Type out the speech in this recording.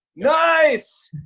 nice!